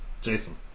Jason